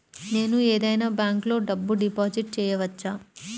నేను ఏదైనా బ్యాంక్లో డబ్బు డిపాజిట్ చేయవచ్చా?